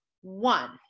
One